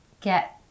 get